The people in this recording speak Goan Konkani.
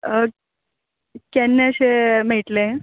केन्नाशे मेळटले